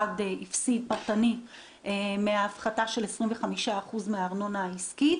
הפסיד מההפחתה של 25% ארנונה עסקית,